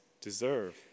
deserve